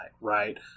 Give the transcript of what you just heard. right